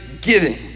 giving